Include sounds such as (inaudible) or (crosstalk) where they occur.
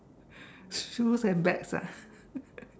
shoes and bags ah (laughs)